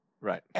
Right